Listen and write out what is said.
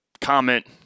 comment